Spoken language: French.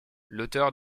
l’auteur